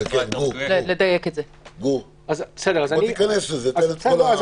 גור, בוא תיכנס לזה, תן את כל המנעד.